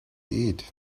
eat